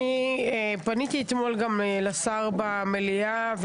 אני פניתי אתמול גם לשר במליאה,